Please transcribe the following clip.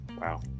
Wow